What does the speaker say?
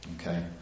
Okay